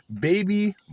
baby